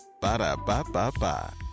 Ba-da-ba-ba-ba